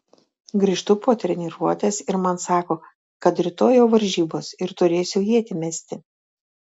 grįžtu po treniruotės ir man sako kad rytoj jau varžybos ir turėsiu ietį mesti